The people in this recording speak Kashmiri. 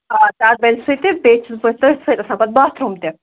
آ تَتھ بَنہِ سُہ تہِ بیٚیہِ چھُ پَتہٕ تٔتھۍ سۭتۍ آسان پَتہٕ باتھ روٗم تہِ